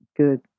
Good